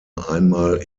einmal